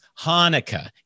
Hanukkah